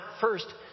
first